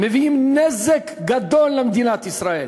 מביאים נזק גדול למדינת ישראל.